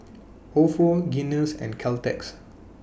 Ofo Guinness and Caltex